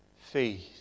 Faith